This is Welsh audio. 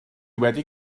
wedi